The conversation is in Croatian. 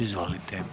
Izvolite.